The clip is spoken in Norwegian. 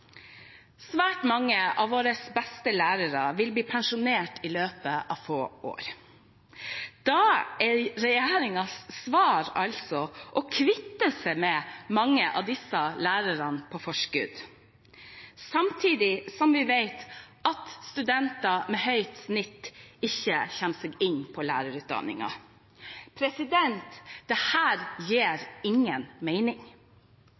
Svært mange av våre beste lærere vil bli pensjonert i løpet av få år. Da er regjeringens svar å kvitte seg med mange av disse lærerne på forhånd, samtidig som vi vet at studenter med høyt snitt ikke kommer inn på lærerutdanningen. Dette gir ingen mening,